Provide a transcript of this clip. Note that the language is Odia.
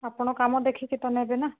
ଆପଣ କାମ ଦେଖିକି ତ ନେବେ ନା